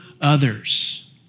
others